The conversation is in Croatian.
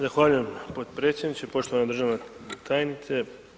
Zahvaljujem podpredsjedniče, poštovana državna tajnice.